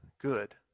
good